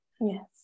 Yes